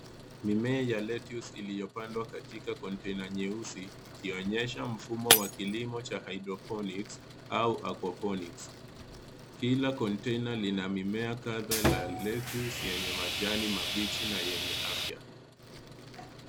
Mimea ya lettuce iliyopandwa katika konteina nyeusi ikionyesha mfumo wa kilimo cha haidroponiks au aquaponics. Kila konteina lina mimea kadha la lettuce lenye majani mabichi na yenye afya.